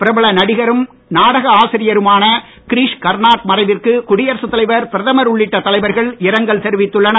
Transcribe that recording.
பிரபல நடிகரும் நாடக ஆசிரியருமான கிரீஷ் கர்னார்ட் மறைவிற்கு குடியரசுத் தலைவர் பிரதமர் உள்ளிட்ட தலைவர்கள் இரங்கல் தெரிவித்துள்ளனர்